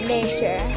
nature